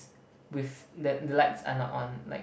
with that the lights are not on like